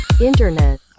Internet